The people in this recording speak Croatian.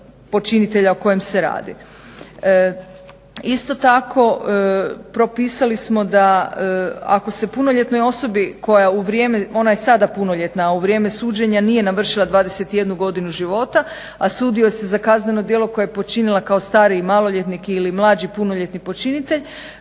počinitelja o kojem se radi. Isto tako propisali smo da ako se punoljetnoj osobi koja je u vrijeme ona je sada punoljetna, a u vrijeme suđenja nije navršila 21 godinu života, a sudi joj se za kazneno djelo koje je počinila kao stariji maloljetnik ili mlađi punoljetni počinitelj